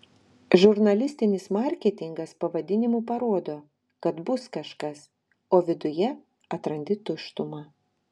žurnalistinis marketingas pavadinimu parodo kad bus kažkas o viduje atrandi tuštumą